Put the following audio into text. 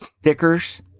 stickers